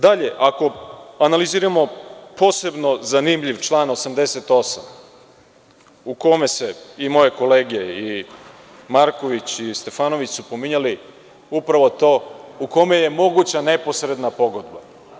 Dalje, ako analiziramo posebno zanimljiv član 88. u kome je, i moje kolege Marković i Stefanović su pominjali, moguća neposredna pogodba.